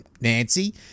Nancy